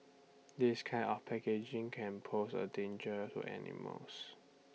this kind of packaging can pose A danger to animals